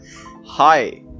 Hi